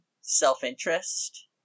self-interest